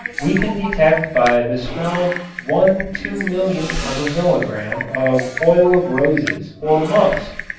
we can detect by the smell one two-millionth of a milligram of oil of roses or musk,